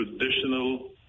traditional